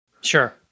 Sure